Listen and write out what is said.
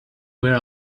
were